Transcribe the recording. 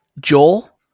Joel